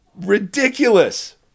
ridiculous